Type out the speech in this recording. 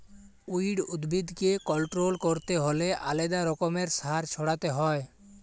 weed উদ্ভিদকে control ক্যরতে হ্যলে আলেদা রকমের সার ছড়াতে হ্যয়